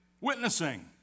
Witnessing